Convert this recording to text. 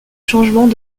changements